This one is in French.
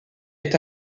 est